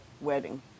wedding